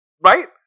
Right